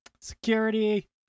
security